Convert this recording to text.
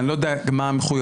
אני לא יודע מה המחויבות,